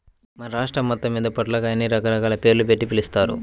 మన రాష్ట్రం మొత్తమ్మీద పొట్లకాయని రకరకాల పేర్లుబెట్టి పిలుస్తారు